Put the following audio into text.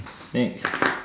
next